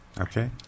Okay